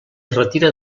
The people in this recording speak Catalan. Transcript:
retira